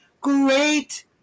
great